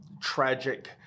tragic